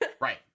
Right